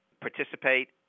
participate